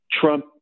Trump